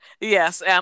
Yes